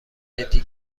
جدی